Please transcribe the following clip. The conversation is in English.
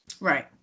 Right